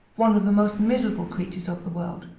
one of the most miserable creatures of the world,